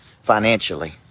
financially